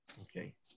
Okay